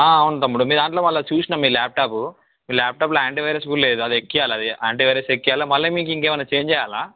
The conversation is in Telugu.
అవును తమ్ముడు మీ దాంట్లో మళ్ళ చూసినా మీ ల్యాప్టాపు మీ ల్యాప్టాప్లో యాంటీ వైరస్ కూడా లేదు అది ఎక్కించాలా అది యాంటీ వైరస్ ఎక్కించాలా అది మళ్ళ మీకింకేమైనా చేంజ్ చెయ్యాలా